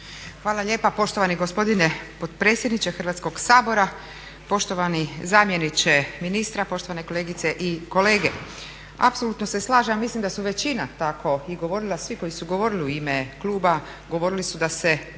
Hvala lijepa poštovani gospodine potpredsjedniče Hrvatskog sabora, poštovani zamjeniče ministra, poštovane kolegice i kolege. Apsolutno se slažem. Mislim da su većina tako i govorila, svi koji su govorili u ime kluba govorili su da se, glavnina